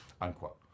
Unquote